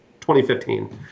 2015